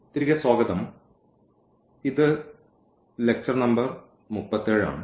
തിരികെ സ്വാഗതം ഇത് ലെക്ചർ നമ്പർ 37 ആണ്